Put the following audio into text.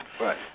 Right